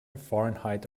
fahrenheit